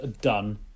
done